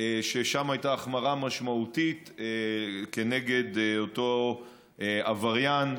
ששם הייתה החמרה משמעותית כנגד אותו עבריין,